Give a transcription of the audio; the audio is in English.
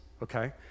Okay